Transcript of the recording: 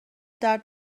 درد